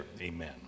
Amen